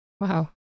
Wow